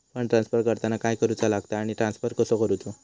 Fund transfer करताना काय करुचा लगता आनी ट्रान्स्फर कसो करूचो?